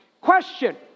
Question